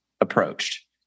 approached